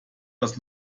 das